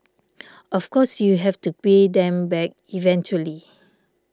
of course you have to pay them back eventually